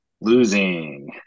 Losing